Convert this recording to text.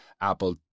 Apple